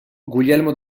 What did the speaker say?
guglielmo